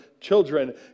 children